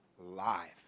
live